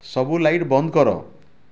ସବୁ ଲାଇଟ୍ ବନ୍ଦ କର